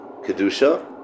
Kedusha